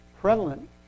prevalent